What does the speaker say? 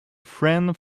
friend